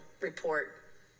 report